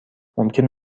ممکن